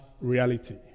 reality